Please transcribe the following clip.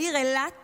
העיר אילת